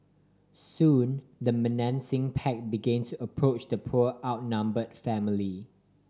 soon the menacing pack begin to approach the poor outnumber family